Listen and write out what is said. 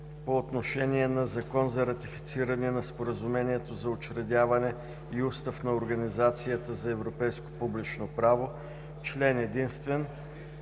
второ четене на: „ЗАКОН за ратифициране на Споразумението за учредяване и Устав на Организацията за европейско публично право Член единствен.